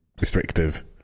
restrictive